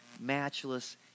matchless